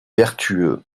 vertueux